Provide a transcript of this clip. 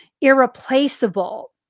irreplaceable